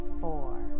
four